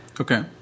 Okay